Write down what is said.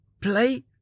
Play